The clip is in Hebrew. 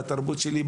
בתרבות שלי,